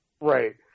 right